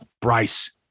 Bryce